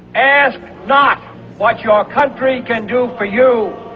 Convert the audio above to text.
ask not what your country can do for you,